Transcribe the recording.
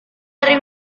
hari